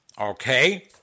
okay